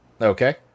Okay